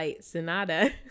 Sonata